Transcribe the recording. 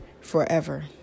forever